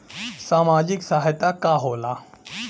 सामाजिक सहायता का होला?